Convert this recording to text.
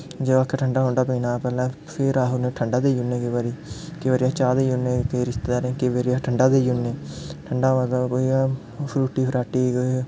जेकर आक्खै ठंडा ठुंडा पीना पैह्ले फिर अस ठंडा देई ओड़ने केईं बारी केईं बारी अस चाह् देई ओड़ने रिश्तेदारें गी केई बारी ठंडा देई ओड़ने ठंडा होई गेआ फ्रूटी फ्राटी